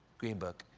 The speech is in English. greenbook.